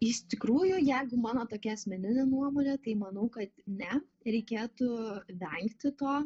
iš tikrųjų jeigu mano tokia asmenine nuomone tai manau kad ne reikėtų vengti to